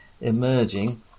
emerging